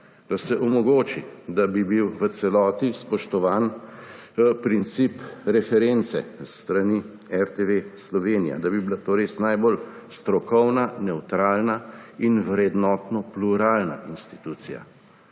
Da se omogoči, da bi bil v celoti spoštovan princip reference s strani RTV Slovenija. Da bi bila to res najbolj strokovna, nevtralna in vrednotno pluralna institucija.